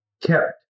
kept